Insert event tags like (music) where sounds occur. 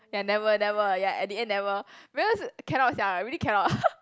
ya never never ya at the end never because cannot sia I really cannot (laughs)